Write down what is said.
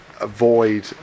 avoid